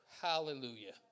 Hallelujah